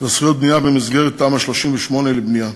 בזכויות בנייה במסגרת תמ"א 38 לבנייה,